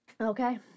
okay